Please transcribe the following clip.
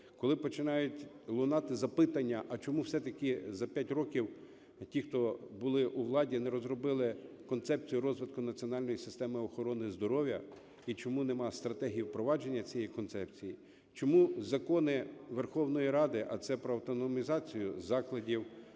коли починають лунати запитання, а чому все-таки за 5 років ті, хто були у владі, не розробили концепцію розвитку національної системи охорони здоров'я і чому немає стратегії впровадження цієї концепції, чому закони Верховної Ради, а це про автономізацію закладів,